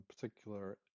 particular